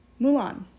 Mulan